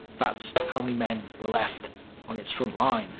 that's how many men were left on its front line.